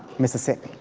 mississippi.